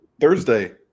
Thursday